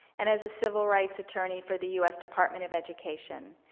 and is a civil rights attorney for the us department of education.